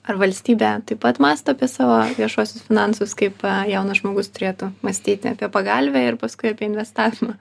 ar valstybė taip pat mąsto apie savo viešuosius finansus kaip jaunas žmogus turėtų mąstyti apie pagalvę ir paskui apie investavimą